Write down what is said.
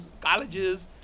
colleges